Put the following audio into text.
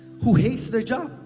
who hates their job.